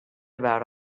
about